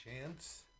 chance